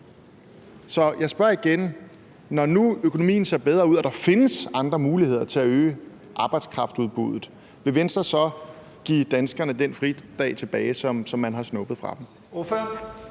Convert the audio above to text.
Så jeg spørger igen: Når nu økonomien ser bedre ud og der findes andre muligheder for at øge arbejdskraftudbuddet, vil Venstre så give danskerne den fridag tilbage, som man har snuppet fra dem?